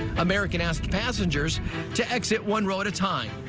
american asked passengers to exit one row at a time.